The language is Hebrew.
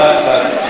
בת.